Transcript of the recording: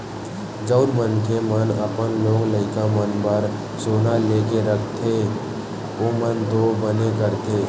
जउन मनखे मन अपन लोग लइका मन बर सोना लेके रखे रहिथे ओमन तो बने करथे